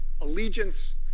allegiance